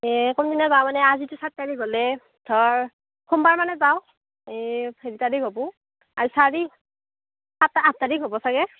এই কোনদিনা যাওঁ মানে আজিটো সাত তাৰিখ হ'লেই ধৰ সোমবাৰ মানে যাওঁ এই ছয় তাৰিখ হ'ব আৰু চাৰি আঠ আঠ তাৰিখ হ'ব চাগে